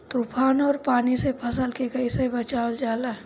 तुफान और पानी से फसल के कईसे बचावल जाला?